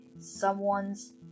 someone's